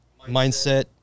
mindset